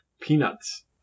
Peanuts